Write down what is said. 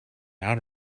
out